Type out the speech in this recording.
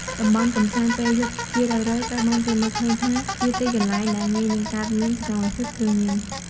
តំបន់កម្សាន្តពេលយប់ ជារឿយៗ ត្រូវបានគេមើលឃើញថា ជាទីកន្លែងដែល ងាយនឹងកើតមានសកម្មភាពគ្រឿងញៀន។